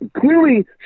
clearly